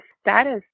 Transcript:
status